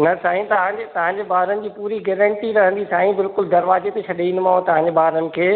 मां सांई तव्हांजे तव्हांजे ॿारनि जी पूरी गैरंटी रहंदी साईं बिल्कुल दरवाजे ते ई छॾे ईंदोमांव तव्हांजे ॿारनि खे